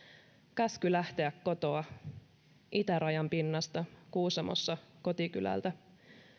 käsky tuli lähteä kotoa itärajan pinnasta kuusamosta kotikylältä